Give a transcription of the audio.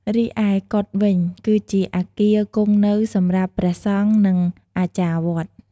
រីឯកុដិវិញ គឺជាអគារគង់នៅសម្រាប់ ព្រះសង្ឃ និង អាចារ្យវត្ត។